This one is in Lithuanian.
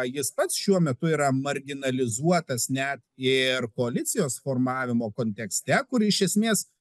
jis pats šiuo metu yra marginalizuotas net ir koalicijos formavimo kontekste kur iš esmės